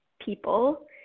people